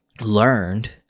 learned